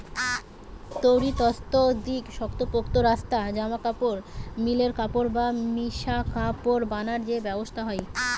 তৈরির তন্তু দিকি শক্তপোক্ত বস্তা, জামাকাপড়, মিলের কাপড় বা মিশা কাপড় বানানা রে ব্যবহার হয়